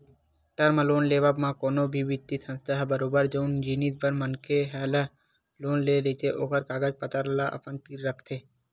term loan लेवब म कोनो भी बित्तीय संस्था ह बरोबर जउन जिनिस बर मनखे ह लोन ले रहिथे ओखर कागज पतर ल अपन तीर राखथे